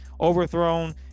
Overthrown